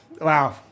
Wow